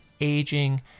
aging